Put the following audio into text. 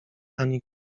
ani